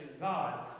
God